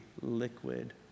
liquid